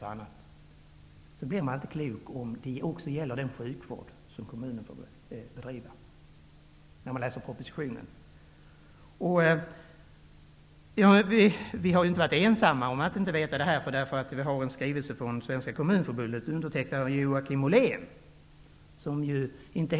Man blir emellertid vid läsningen inte klok på om detta även gäller den sjukvård som kommunerna bedriver. Vi är inte ensamma om att vara osäkra på den här punkten. Inte heller Joakim Ollén i Svenska kommunförbundet har blivit på det klara med vad som avses.